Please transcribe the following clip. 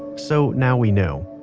so now we know,